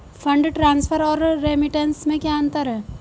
Fund transfer और remittance में क्या अंतर है?